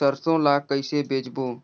सरसो ला कइसे बेचबो?